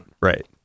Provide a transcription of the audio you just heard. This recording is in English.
right